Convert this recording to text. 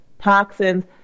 toxins